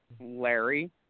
Larry